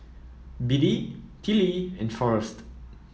Biddie Tillie and Forrest